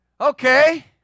Okay